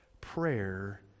Prayer